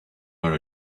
her